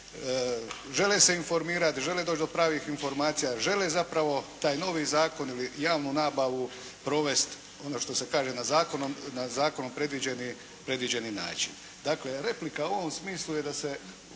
žele se informirati, žele doći do pravih informacija, žele zapravo taj novi zakon ili javnu nabavu provesti ono što se kaže na zakonom predviđeni način. Replika u ovom smislu je da se